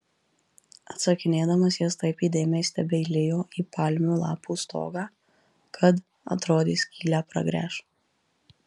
atsakinėdamas jis taip įdėmiai stebeilijo į palmių lapų stogą kad atrodė skylę pragręš